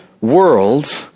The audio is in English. World